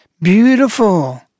Beautiful